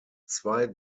zwei